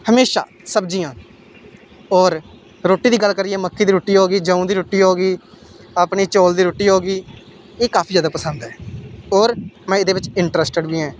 हमेशा सब्जियां होर रुट्टी दी गल्ल करियै मक्की दी रुट्टी होई गेई जौं दी रुट्टी होई गेई अपने चौल दी रुट्टी होई गेई एह् काफी जैदा पसंद ऐ होर में एह्दे बिच्च इंट्रस्टिड बी हैं